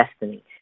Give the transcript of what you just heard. destiny